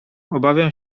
obawiam